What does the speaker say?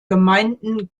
gemeinden